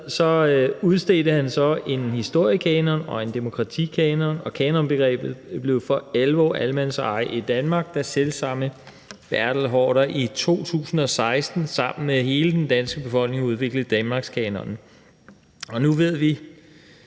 udstedte han så en historiekanon og en demokratikanon, og kanonbegrebet blev for alvor allemandseje i Danmark, da selv samme Bertel Haarder i 2016 sammen med hele den danske befolkning udviklede danmarkskanonen. Nu ved vi,